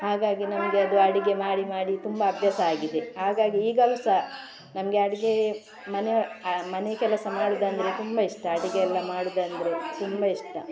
ಹಾಗಾಗಿ ನನಗೆ ಅದು ಅಡುಗೆ ಮಾಡಿ ಮಾಡಿ ತುಂಬ ಅಭ್ಯಾಸ ಆಗಿದೆ ಹಾಗಾಗಿ ಈಗಲೂ ಸಹ ನನಗೆ ಅಡುಗೆ ಮನೆ ಮನೆ ಕೆಲಸ ಮಾಡೋದೆಂದ್ರೆ ತುಂಬ ಇಷ್ಟ ಅಡುಗೆ ಎಲ್ಲ ಮಾಡೋದೆಂದ್ರೆ ತುಂಬ ಇಷ್ಟ